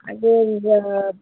আগে যা